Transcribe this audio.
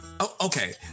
okay